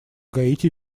гаити